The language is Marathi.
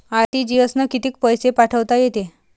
आर.टी.जी.एस न कितीक पैसे पाठवता येते?